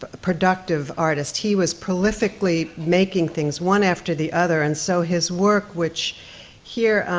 ah productive artist. he was prolifically making things, one after the other, and so his work, which here,